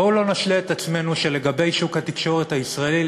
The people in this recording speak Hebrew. בואו לא נשלה את עצמנו שלגבי שוק התקשורת הישראלי,